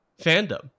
fandom